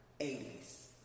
80s